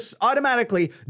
automatically